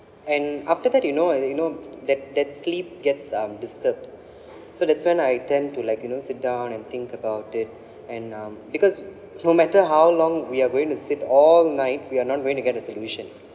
and after that you know uh you know that that sleep gets um disturbed so that's when I tend to like you know sit down and think about it and um because no matter how long we're going to sit all night we are not going to get a solution